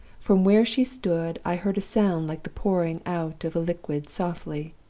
from where she stood, i heard a sound like the pouring out of a liquid softly.